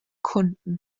kunden